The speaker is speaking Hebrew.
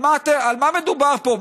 על מה מדובר פה?